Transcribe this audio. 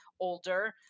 older